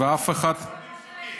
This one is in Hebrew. ואף אחד, עשבים שוטים.